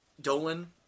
Dolan